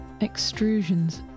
Extrusions